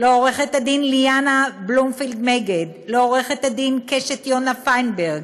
לעורכת-הדין ליאנה בלומנפלד-מגד ולעורכת-הדין קשת יונה פיינברג.